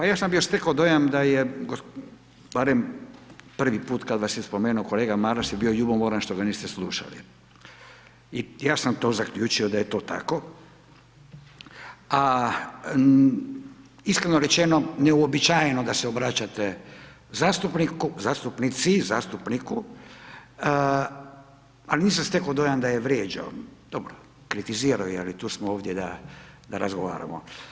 Pa ja sam bio steko dojam da je barem prvi put kad vas je spomenuo kolega Maras je bio ljubomoran što ga niste slušali i ja sam to zaključio da je to tako, a iskreno rečeno neuobičajeno da se obraćate zastupniku, zastupnici, zastupniku al nisam steko dojam je vrijeđao, dobro kritizirao je ali tu smo ovdje da razgovaramo.